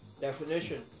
definition